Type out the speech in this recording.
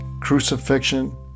crucifixion